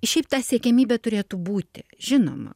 šiaip ta siekiamybė turėtų būti žinoma